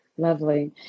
lovely